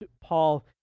Paul